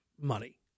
money